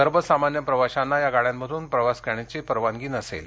सर्वसामान्य प्रवाशांना या गाड्यांमधून प्रवास करण्याची परवानगी नसेल